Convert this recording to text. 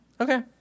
Okay